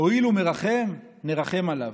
הואיל ומרחם, נרחם עליו,